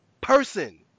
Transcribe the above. person